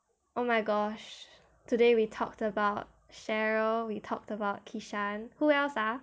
oh my gosh today we talked about cheryl we talked about kishan who else ah